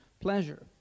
pleasure